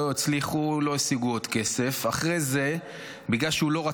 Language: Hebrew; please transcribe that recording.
לא הצליחו, לא השיגו עוד כסף.